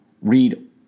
Read